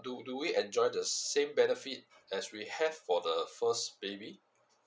do do we enjoy the same benefit as we have for the first baby